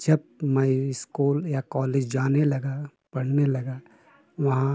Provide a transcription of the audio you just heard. जब मैं स्कूल या कौलेज जाने लगा पढ़ने लगा वहाँ